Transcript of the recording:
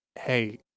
hey